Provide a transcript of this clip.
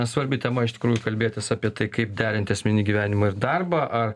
svarbi tema iš tikrųjų kalbėtis apie tai kaip derinti asmeninį gyvenimą ir darbą ar